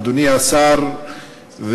אדוני השר,